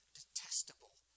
detestable